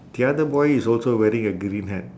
the other boy is also wearing a green hat